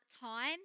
time